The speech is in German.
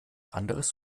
anderes